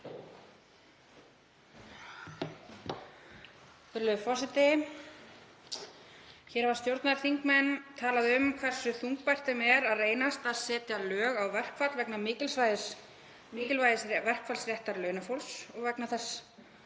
Virðulegur forseti. Hér hafa stjórnarþingmenn talað um hversu þungbært þeim reynist að setja lög á verkfall vegna mikilvægis verkfallsréttar launafólks og vegna þess